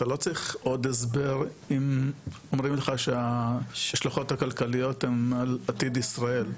אתה לא צריך אם אומרים לך שההשלכות הכלכליות הם על עתיד ישראל,